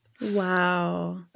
Wow